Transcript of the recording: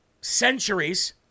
centuries